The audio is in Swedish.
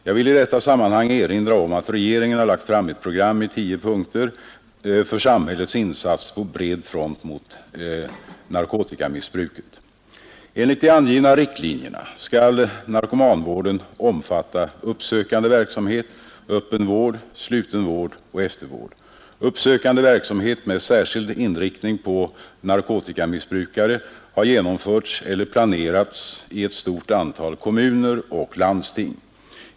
Jag vill i detta sammanhang erinra om att regeringen har lagt fram ett program i tio punkter för samhällets insatser på bred front mot narkotikamissbruket. Enligt de angivna riktlinjerna skall narkomanvården omfatta uppsökande verksamhet, öppen vård, sluten vård och eftervård. Uppsökande verksamhet med särskild inriktning på narkotikamissbrukare har genomförts eller planerats i ett stort antal kommuner och landsting.